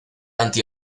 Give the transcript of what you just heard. anti